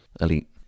elite